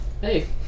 hey